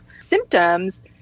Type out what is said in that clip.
symptoms